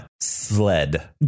sled